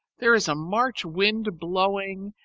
there is a march wind blowing,